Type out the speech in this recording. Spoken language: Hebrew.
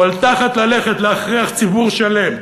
אבל תחת ללכת להכריח ציבור שלם,